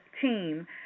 team